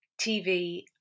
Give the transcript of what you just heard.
TV